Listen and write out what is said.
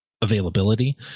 availability